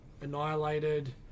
annihilated